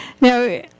Now